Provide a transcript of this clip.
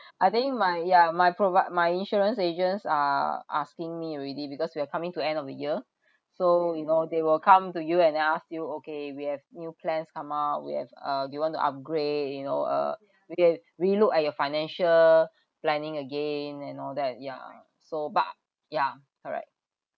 I think my yeah my provi~ my insurance agents are asking me already because we are coming to end of the year so you know they will come to you and ask you okay we have new plans come out we have uh do you want to upgrade you know uh we can re-look at your financial planning again and all that ya so but ya correct